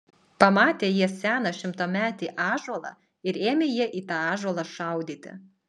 pamatė jie seną šimtametį ąžuolą ir ėmė jie į tą ąžuolą šaudyti